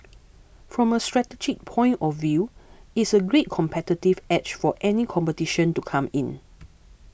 from a strategic point of view it's a great competitive edge for any competition to come in